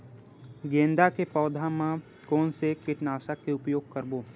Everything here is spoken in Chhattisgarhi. गेंदा के पौधा म कोन से कीटनाशक के उपयोग करबो?